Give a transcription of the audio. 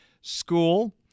school